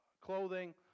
clothing